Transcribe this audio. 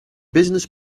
business